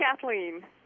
Kathleen